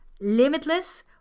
Limitless